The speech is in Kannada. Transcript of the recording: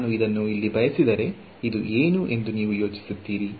ನಾನು ಇದನ್ನು ಇಲ್ಲಿ ಬಯಸಿದರೆ ಇದು ಏನು ಎಂದು ನೀವು ಯೋಚಿಸುತ್ತೀರಿ